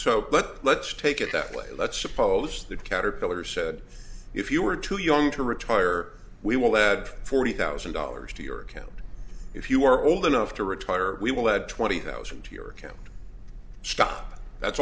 but let's take it that way let's suppose that caterpillar said if you are too young to retire we will add forty thousand dollars to your account if you are old enough to retire we will add twenty thousand to your account stop that's